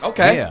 Okay